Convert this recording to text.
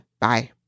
Bye